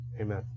Amen